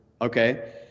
Okay